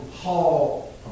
Paul